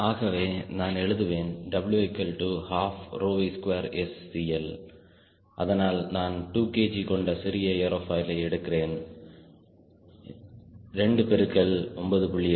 ஆகவே நான் எழுதுவேன் W12V2SCL அதனால் நான் 2kg கொண்ட சிறிய ஏரோபாயிலை எடுக்கிறேன் 2 பெருக்கல் 9